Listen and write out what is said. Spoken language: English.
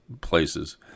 places